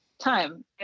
time